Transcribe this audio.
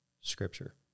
Scripture